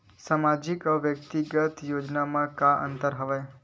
सामाजिक अउ व्यक्तिगत योजना म का का अंतर हवय?